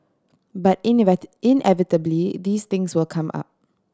but inevitably these things will come up